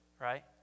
right